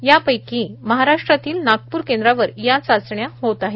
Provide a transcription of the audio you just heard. यापैकी महाराष्ट्रातील नागप्र केंद्रावर हया चाचण्या होत आहे